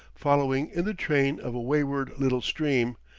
following in the train of a wayward little stream,